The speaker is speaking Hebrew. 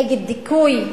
נגד דיכוי,